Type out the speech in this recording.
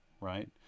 right